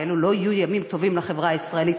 ואלה לא יהיו ימים טובים לחברה הישראלית.